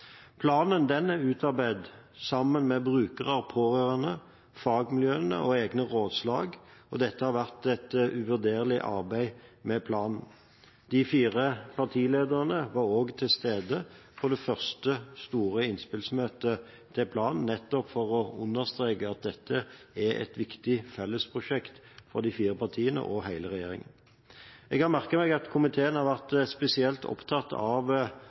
Planen er utarbeidet sammen med brukere og pårørende, fagmiljøene og egne rådslag, og dette har vært et uvurderlig arbeid med planen. De fire partilederne var også til stede på det første store innspillsmøtet til planen nettopp for å understreke at dette er et viktig felles prosjekt for de fire partiene og hele regjeringen. Jeg har merket meg at komiteen har vært spesielt opptatt av